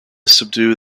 subdue